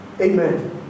Amen